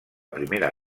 primera